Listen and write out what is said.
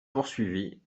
poursuivi